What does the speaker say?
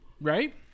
right